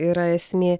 yra esmė